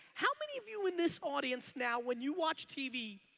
how many of you in this audience now when you watch tv,